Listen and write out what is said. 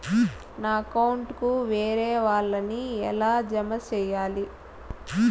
నా అకౌంట్ కు వేరే వాళ్ళ ని ఎలా జామ సేయాలి?